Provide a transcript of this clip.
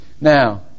Now